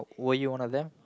were you one of them